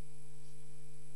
(הישיבה נפסקה בשעה